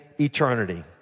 eternity